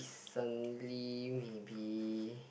certainly maybe